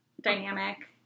Dynamic